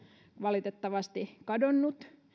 valitettavasti kadonnut